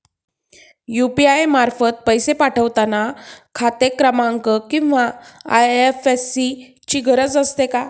UPI मार्फत पैसे पाठवता खाते क्रमांक किंवा आय.एफ.एस.सी ची गरज असते का?